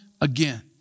again